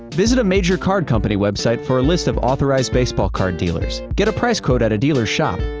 visit a major card company website for a list of authorized baseball card dealers. get a price quote at a dealer's shop.